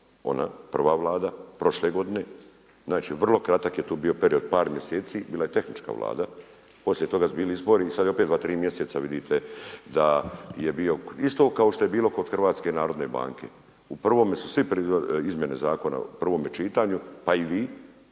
ona prva Vlada prošle godine. Znači, vrlo kratak je to bio period par mjeseci. Bila je tehnička Vlada. Poslije toga su bili izbori i sad je opet dva, tri mjeseca vidite da je bio isto kao što je bilo kod Hrvatske narodne banke. U prvome su svi izmjene zakona u prvome čitanju, pa i vi,